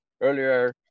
earlier